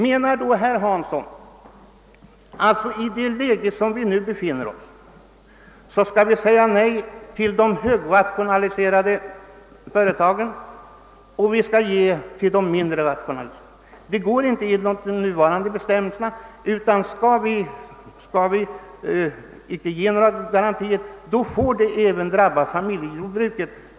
Menar herr Hansson att vi i det läge vi nu befinner oss i skall missgynna de högrationaliserade företagen och ge till de mindre rationaliserade företagen? Det går inte enligt nuvarande bestämmelser att göra så, utan om vi inte skall ge några garantier måste det även drabba familjejordbruken.